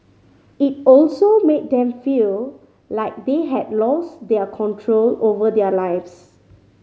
it also made them feel like they had lost their control over their lives